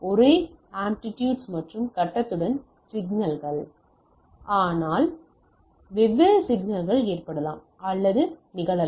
ஒரே ஆம்ப்ளிடியூட்ஸ் மற்றும் கட்டத்துடன் சிக்னல்கள் ஆனால் வெவ்வேறு சிக்னல்கள் ஏற்படலாம் அல்லது நிகழலாம்